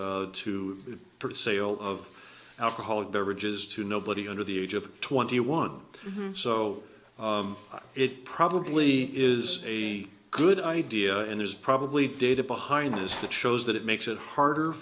to sale of alcoholic beverages to nobody under the age of twenty one so it probably is a good idea and there's probably data behind this that shows that it makes it harder